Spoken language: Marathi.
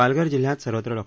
पालघर जिल्ह्यात सर्वत्र डॉ